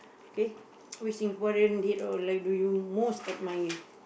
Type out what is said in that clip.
okay which Singaporean dead or alive do you most admire